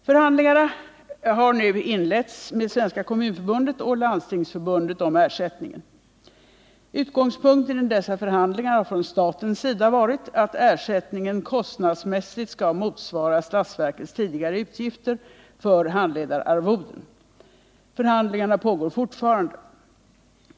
Förhandlingar har nu inletts med Svenska kommunförbundet och Landstingsförbundet om ersättningen. Utgångspunkten i dessa förhandlingar har från statens sida varit att ersättningen kostnadsmässigt skall motsvara statsverkets tidigare utgifter för handledararvoden. Förhandlingarna pågår fortfarande.